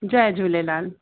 Jay Jhulelal